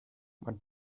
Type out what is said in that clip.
man